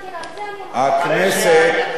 אחרי שתהיה הצבעת האי-אמון.